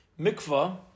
Mikvah